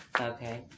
okay